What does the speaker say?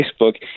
Facebook